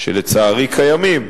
שלצערי קיימים,